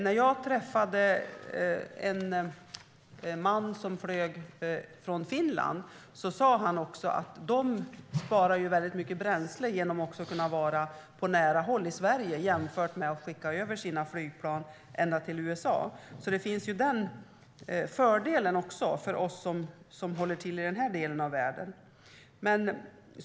När jag träffade en man som flög för Finland sa han också att de sparar mycket bränsle genom att kunna vara på nära håll, i Sverige, jämfört med om de skulle skicka över sina flygplan till USA. Den fördelen finns alltså också för oss som håller till i den här delen av världen.